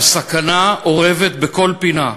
והסכנה אורבת בכל פינה,